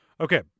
Okay